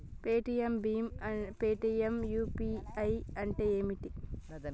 Paytm భీమ్ Paytm UPI అంటే ఏంది?